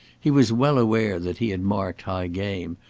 he was well aware that he had marked high game,